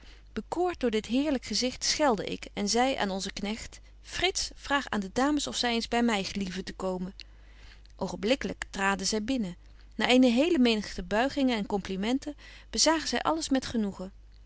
bekoort door dit heerlyk gezicht schelde ik en zei aan onzen knegt frits vraag aan de dames of zy eens by my gelieven te komen oogenblikkig traden zy binnen na eene hele menigte buigingen en complimenten bezagen zy alles met genoegen